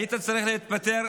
היית צריך להתפטר,